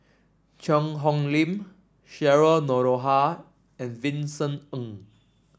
Cheang Hong Lim Cheryl Noronha and Vincent Ng